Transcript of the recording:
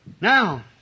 Now